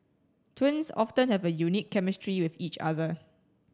twins often have a unique chemistry with each other